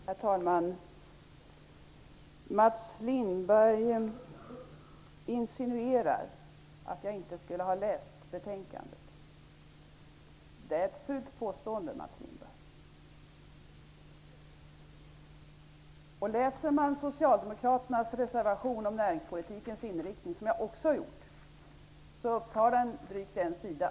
Herr talman! Mats Lindberg insinuerar att jag inte skulle ha läst betänkandet. Det är ett fult påstående, Mats Lindberg. Läser man Socialdemokraternas reservation om näringspolitiken -- det har jag också gjort -- ser man att den upptar drygt en sida.